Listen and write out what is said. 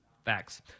Facts